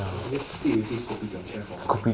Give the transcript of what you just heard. I just sit with this kopitiam chair for now